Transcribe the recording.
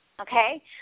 Okay